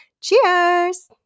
Cheers